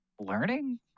learning